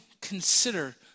consider